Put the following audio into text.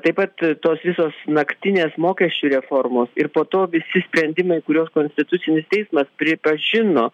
taip pat tos visos naktinės mokesčių reformos ir po to visi sprendimai kuriuos konstitucinis teismas pripažino